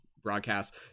broadcast